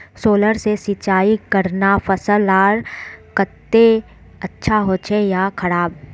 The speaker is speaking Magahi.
सोलर से सिंचाई करना फसल लार केते अच्छा होचे या खराब?